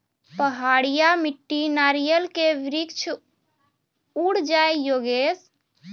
पहाड़िया मिट्टी नारियल के वृक्ष उड़ जाय योगेश?